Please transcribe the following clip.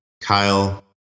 Kyle